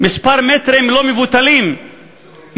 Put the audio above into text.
מספר מטרים לא מבוטלים מהם,